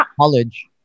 college